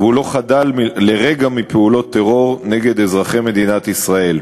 והוא לא חדל לרגע מפעולות טרור נגד אזרחי מדינת ישראל.